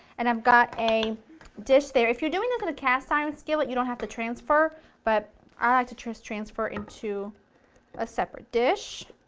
and i've got a dish there, if you're doing this in a cast iron skillet, you don't have to transfer but i like to just transfer into a separate dish,